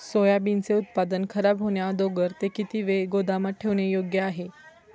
सोयाबीनचे उत्पादन खराब होण्याअगोदर ते किती वेळ गोदामात ठेवणे योग्य आहे?